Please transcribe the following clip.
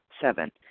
Seven